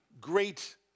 great